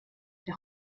der